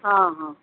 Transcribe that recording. ହଁ ହଁ